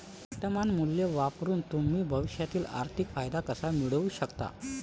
वर्तमान मूल्य वापरून तुम्ही भविष्यातील आर्थिक फायदा कसा मिळवू शकता?